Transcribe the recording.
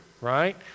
right